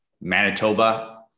Manitoba